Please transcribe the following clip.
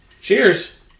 Cheers